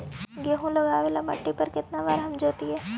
गेहूं लगावेल मट्टी में केतना बार हर जोतिइयै?